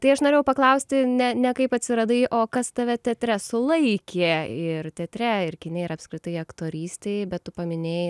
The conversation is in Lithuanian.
tai aš norėjau paklausti ne ne kaip atsiradai o kas tave teatre sulaikė ir teatre ir kine ir apskritai aktorystėj bet tu paminėjai